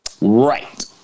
Right